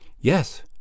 Yes